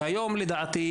לדעתי,